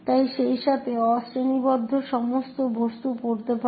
এবং সেইসাথে অশ্রেণীবদ্ধ সমস্ত বস্তু পড়তে পারে